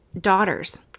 daughters